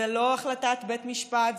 זו לא החלטת בית משפט,